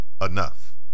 enough